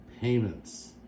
payments